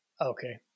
Okay